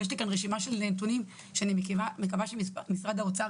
ויש לי כאן רשימה של נתונים שאני מקווה שמשרד האוצר